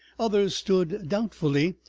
others stood doubtfully,